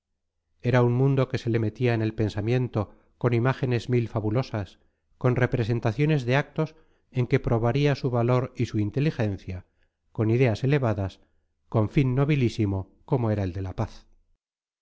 era un mundo que se le metía en el pensamiento con imágenes mil fabulosas con representaciones de actos en que probaría su valor y su inteligencia con ideas elevadas con fin nobilísimo como era el de la paz